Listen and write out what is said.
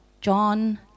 John